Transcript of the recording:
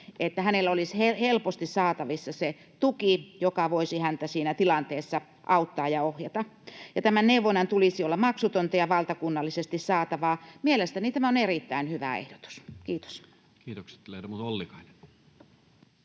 hänellä olisi helposti saatavilla se tuki, joka voisi häntä siinä tilanteessa auttaa ja ohjata. Tämän neuvonnan tulisi olla maksutonta ja valtakunnallisesti saatavaa. Mielestäni tämä on erittäin hyvä ehdotus. — Kiitos.